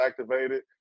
activated